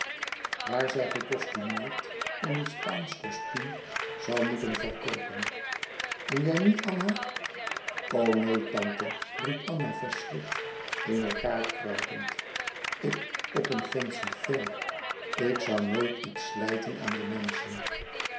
waar zij gecostumeerd in een spaansch costuum zoû moeten verkoopen en jij niet anna o neen tante riep anna verschrikt in elkaâr kruipend ik op een fancy-fair ik zoû nooit iets slijten aan de menschen